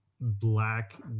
black